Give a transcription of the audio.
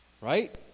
Right